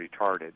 retarded